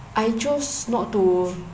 I chose not to